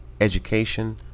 education